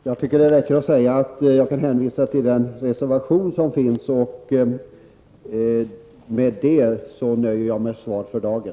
Herr talman! Det räcker med att jag hänvisar till reservationen. Med det svaret nöjer jag mig för dagen.